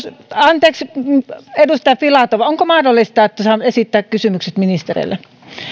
anteeksi edustaja filatov onko mahdollista että saan esittää kysymykset ministereille